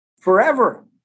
forever